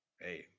hey